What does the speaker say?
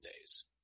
days